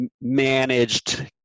managed